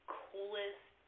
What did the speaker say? coolest